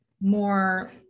more